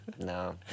no